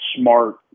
smart